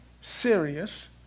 serious